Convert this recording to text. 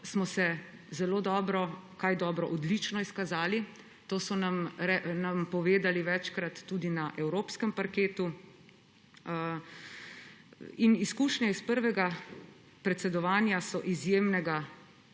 smo se zelo dobro, kaj dobro, odlično izkazali. To so nam večkrat povedali tudi na evropskem parketu. Izkušnje iz prvega predsedovanja so izjemnega